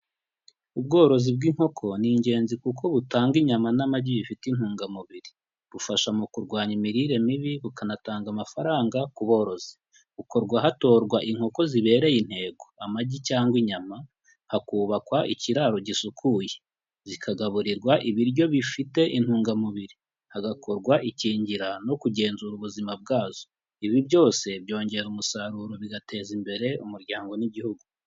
Ubworozi bw'inkoko ni ingenzi kuko butanga inyama n'amagi bifite intungamubiri. Bufasha mu kurwanya imirire mibi, bukanatanga amafaranga ku borozi. Bukorwa hatorwa inkoko zibereye intego, amagi cyangwa inyama, hakubakwa ikiraro gisukuye. Zikagaburirwa ibiryo bifite intungamubiri, hagakorwa ikingira no kugenzura ubuzima bwazo. Ibi byose byongera umusaruro bigateza imbere umuryango n'igihugu.